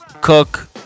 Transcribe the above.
Cook